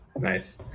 Nice